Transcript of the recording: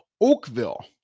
Oakville